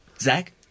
Zach